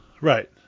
Right